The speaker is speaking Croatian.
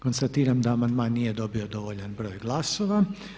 Konstatiram da amandman nije dobio dovoljan broj glasova.